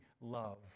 love